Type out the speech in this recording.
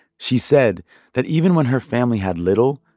she said that even when her family had little,